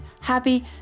happy